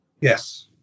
Yes